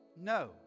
No